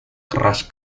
keras